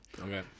Okay